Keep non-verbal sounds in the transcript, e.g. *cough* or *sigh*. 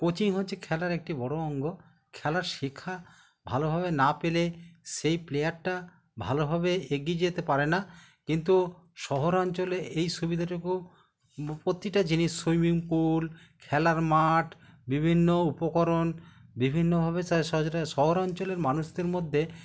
coaching হচ্ছে খেলার একটি বড় অঙ্গ খেলা শেখা ভালোভাবে না পেলে সেই প্লেয়ারটা ভালোভাবে এগিয়ে যেতে পারে না কিন্তু শহরাঞ্চলে এই সুবিধেটুকু প্রতিটা জিনিস সুইমিং পুল খেলার মাঠ বিভিন্ন উপকরণ বিভিন্নভাবে *unintelligible* শহর অঞ্চলের মানুষদের মধ্যে